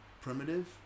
primitive